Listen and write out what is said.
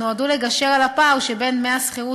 שנועדו לגשר על הפער שבין דמי השכירות